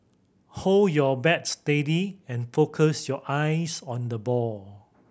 hold your bat steady and focus your eyes on the ball